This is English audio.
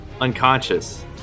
unconscious